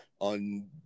on